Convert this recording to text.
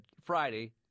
Friday